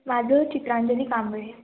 माझे चित्रांजली कांबळे